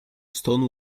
stone